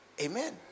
Amen